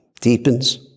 deepens